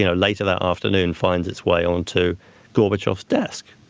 you know later that afternoon finds its way onto gorbachev's desk.